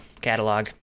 catalog